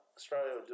Australia